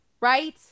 right